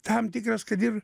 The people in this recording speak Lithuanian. tam tikras kad ir